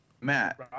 Matt